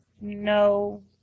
no